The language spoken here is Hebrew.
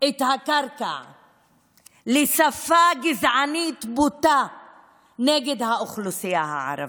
את הקרקע לשפה גזענית בוטה נגד האוכלוסייה הערבית,